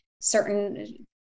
certain